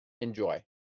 Enjoy